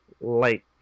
light